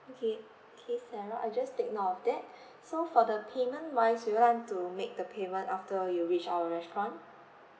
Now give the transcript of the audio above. okay K sarah I just take note of that so for the payment wise you would like to make the payment after you reach our restaurant